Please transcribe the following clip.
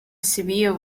severe